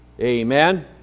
Amen